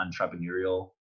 entrepreneurial